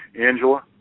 Angela